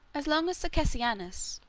as long as successianus,